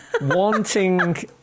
Wanting